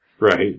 Right